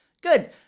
good